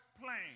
plane